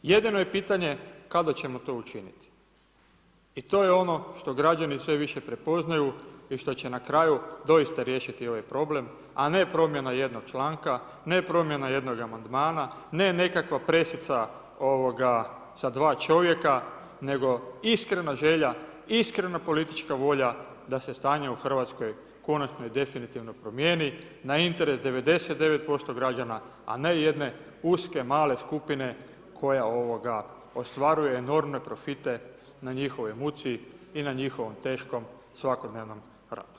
Jedino je pitanje kada ćemo to učiniti i to je ono što građani sve više prepoznaju i što će na kraju doista riješiti ovaj problem, a ne promjena jednog članka, ne promjena jednog amandmana, ne nekakva presica sa dva čovjeka, nego iskrena želja, iskrena politička volja da se stanje u RH konačno i definitivno promijeni na interes 99% građana, a ne jedne uske, male skupine koje ostvaruje enormne profite na njihovoj muci i na njihovom teškom svakodnevnom radu.